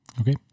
Okay